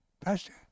Pastor